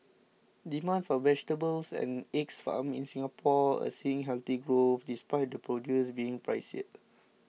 demand for vegetables and eggs farmed in Singapore is seeing healthy growth despite the produce being pricier